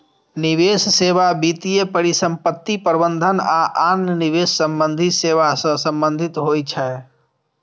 निवेश सेवा वित्तीय परिसंपत्ति प्रबंधन आ आन निवेश संबंधी सेवा सं संबंधित होइ छै